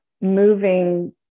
moving